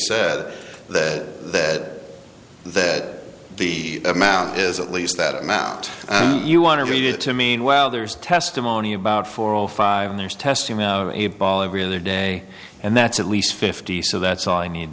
said that that the amount is at least that amount you want to read it to mean while there's testimony about four or five there is testing out a ball every other day and that's at least fifty so that's all i need